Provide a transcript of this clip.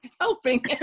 helping